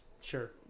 sure